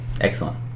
Excellent